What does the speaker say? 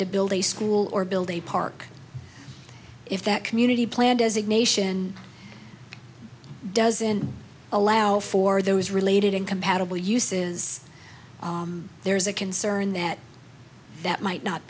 to build a school or build a park if that community plan designation doesn't allow for those related incompatible uses there's a concern that that might not